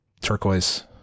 turquoise